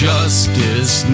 Justice